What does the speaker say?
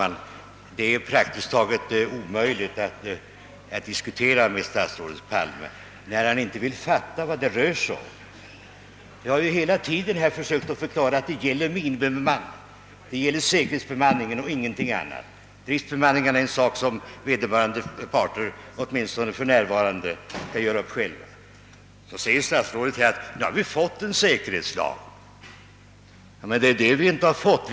»Nu har vi fått en säkerhetslag.» Men det är ju det vi inte har fått!